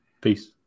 Peace